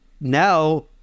now